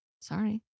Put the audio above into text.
Sorry